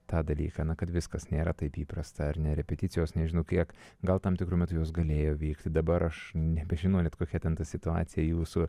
tą dalyką na kad viskas nėra taip įprasta ar ne repeticijos nežinau kiek gal tam tikru metu jos galėjo vykti dabar aš nebežinau kokia ten ta situacija jūsų